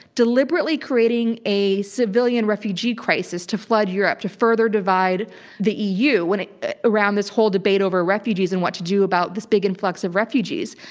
deliberately creating a civilian refugee crisis to flood europe to further divide the eu ah around this whole debate over refugees and what to do about this big influx of refugees.